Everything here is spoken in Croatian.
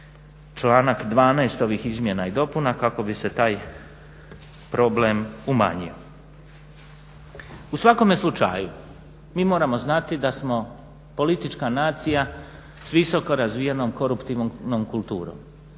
članak 12. ovih izmjena i dopuna kako bi se taj problem umanjio. U svakome slučaju mi moramo znati da smo politička nacija s visoko razvijenom koruptivnom kulturom.